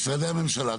משרדי הממשלה,